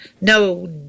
no